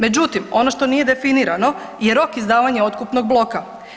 Međutim, ono što nije definirano je rok izdavanja otkupnog bloka.